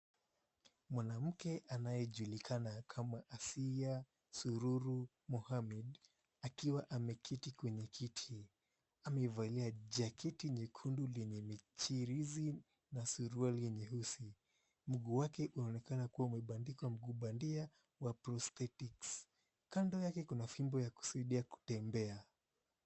Mwanamke anayejulikana kama Asiya Sururu Mohammed, akiwa ameketi kwenye kiti, amevalia jaketi nyekundu lenye michirizi, na suruali nyeusi. Miguu wake unaonekana kuwa umebandikwa mguu bandia wa prosthetics . Kando yake kuna fimbo ya kusaidia kutembea.